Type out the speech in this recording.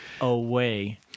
away